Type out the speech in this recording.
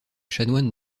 chanoines